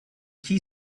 key